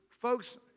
Folks